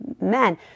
men